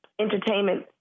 entertainment